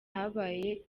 habaye